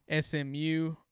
SMU